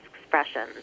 expressions